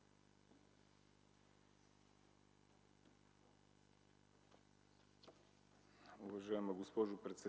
Уважаема госпожо председател,